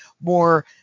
more